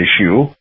issue